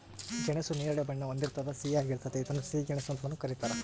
ಗೆಣಸು ನೇರಳೆ ಬಣ್ಣ ಹೊಂದಿರ್ತದ ಸಿಹಿಯಾಗಿರ್ತತೆ ಇದನ್ನ ಸಿಹಿ ಗೆಣಸು ಅಂತಾನೂ ಕರೀತಾರ